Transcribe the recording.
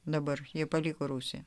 dabar jie paliko rusiją